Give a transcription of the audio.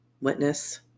witness